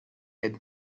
and